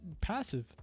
passive